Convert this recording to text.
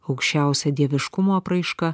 aukščiausia dieviškumo apraiška